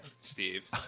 Steve